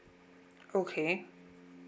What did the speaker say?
okay